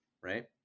right